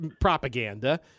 propaganda